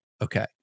Okay